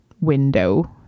window